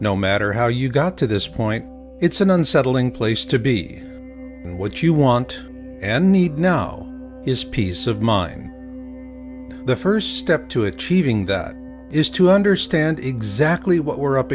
no matter how you got to this point it's an unsettling place to be and what you want and need now is peace of mind the first step to achieving that is to understand exactly what we're up